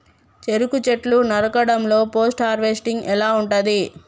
చెరుకు చెట్లు నరకడం లో పోస్ట్ హార్వెస్టింగ్ ఎలా ఉంటది?